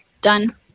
done